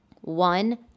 One